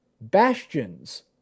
Bastions